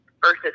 versus